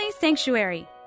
Sanctuary